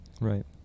right